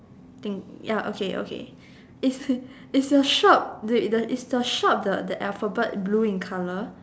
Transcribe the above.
thing ya okay okay is is your shop the the is your shop the the Alphabet blue in colour